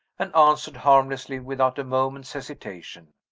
and answered harmlessly without a moment's hesitation.